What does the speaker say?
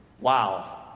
wow